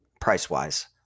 price-wise